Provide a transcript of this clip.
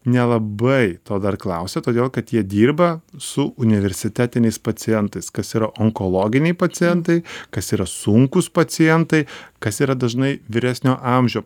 nelabai to dar klausia todėl kad jie dirba su universitetiniais pacientais kas yra onkologiniai pacientai kas yra sunkūs pacientai kas yra dažnai vyresnio amžio